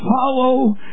Follow